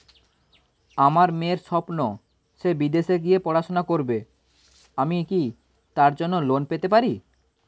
আমার মেয়ের স্বপ্ন সে বিদেশে গিয়ে পড়াশোনা করবে আমি কি তার জন্য লোন পেতে পারি?